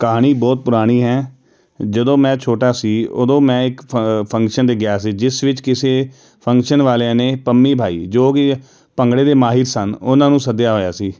ਕਹਾਣੀ ਬਹੁਤ ਪੁਰਾਣੀ ਹੈ ਜਦੋਂ ਮੈਂ ਛੋਟਾ ਸੀ ਉਦੋਂ ਮੈਂ ਇੱਕ ਫੰਕਸ਼ਨ ਤੇ ਗਿਆ ਸੀ ਜਿਸ ਵਿੱਚ ਕਿਸੇ ਫੰਕਸ਼ਨ ਵਾਲਿਆਂ ਨੇ ਪੰਮੀ ਬਾਈ ਜੋ ਕੀ ਭੰਗੜੇ ਦੇ ਮਾਹਿਰ ਸਨ ਉਹਨਾਂ ਨੂੰ ਸੱਦਿਆਂ ਹੋਇਆ ਸੀ